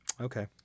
okay